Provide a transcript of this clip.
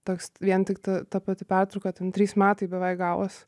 toks vien tik ta ta pati pertrauka ten trys metai beveik gavos